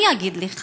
אני אגיד לך